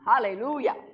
Hallelujah